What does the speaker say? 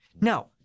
Now